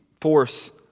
Force